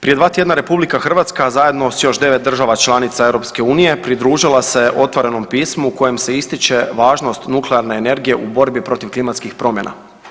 Prije dva tjedna RH zajedno sa još devet država članica EU pridružila se otvorenom pismu u kojem se ističe važnost nuklearne energije u borbi protiv klimatskih promjena.